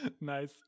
nice